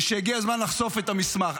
ושהגיע הזמן לחשוף את המסמך.